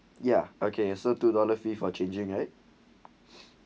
ya okay so two dollar fee for changing it